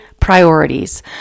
priorities